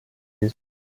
this